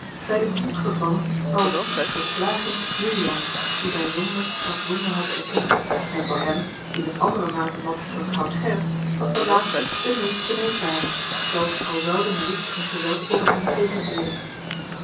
bij den diep gevallen maar ook diep verslagen juliaan die zijne zonde als zonde had erkend en voor hem die met andere mate mat dan schout gerrit was de laatste de meest benijdbare zelfs al zouden list en geweld over hem zegevieren